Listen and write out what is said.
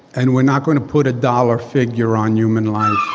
and we're not going to put a dollar figure on human life